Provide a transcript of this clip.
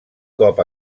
cop